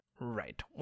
right